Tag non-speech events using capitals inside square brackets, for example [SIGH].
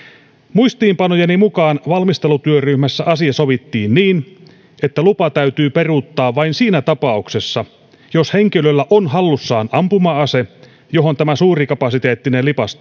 muistiinpanojeni mukaan valmistelutyöryhmässä asia sovittiin niin että lupa täytyy peruuttaa vain siinä tapauksessa jos henkilöllä on hallussaan ampuma ase johon tämä suurikapasiteettinen lipas [UNINTELLIGIBLE]